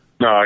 No